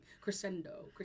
Crescendo